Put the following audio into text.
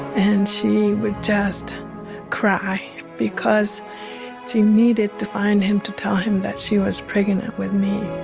and she would just cry because she needed to find him, to tell him that she was pregnant with me